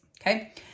Okay